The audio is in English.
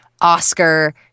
Oscar